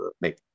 make